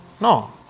No